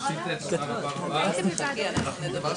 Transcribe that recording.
אבל קלינאית שקוראת את זה אומרת על סמך מה שאני ממלאת,